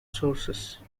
sources